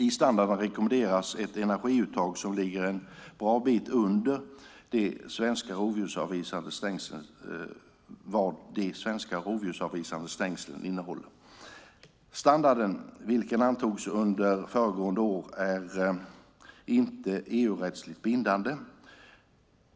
I standarden rekommenderas ett energiuttag som ligger en bra bit under vad de svenska rovdjursavvisande stängslen innehåller. Standarden, vilken antogs under föregående år, är inte EU-rättsligt bindande.